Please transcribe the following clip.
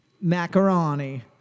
Macaroni